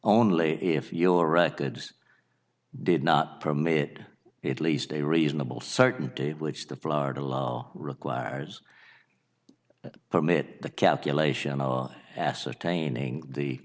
only if your records did not permit it least a reasonable certainty which the florida law requires permit the calculation on ascertaining the